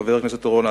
חבר הכנסת אורון,